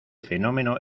fenómeno